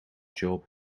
job